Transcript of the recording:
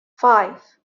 five